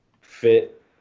fit